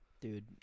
Dude